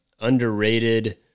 underrated